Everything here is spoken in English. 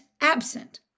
absent